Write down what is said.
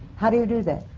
how do you do that?